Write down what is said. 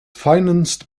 financed